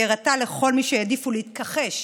היא הראתה לכל מי שהעדיפו להתכחש,